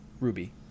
Ruby